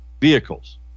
vehicles